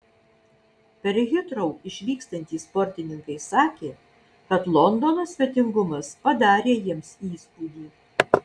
per hitrou išvykstantys sportininkai sakė kad londono svetingumas padarė jiems įspūdį